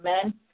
Amen